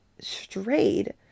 strayed